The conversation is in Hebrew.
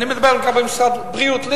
אני מדבר על משרד הבריאות,